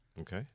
Okay